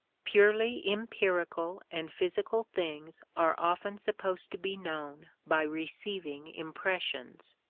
purely empirical and physical things are often supposed to be known by receiving impressions.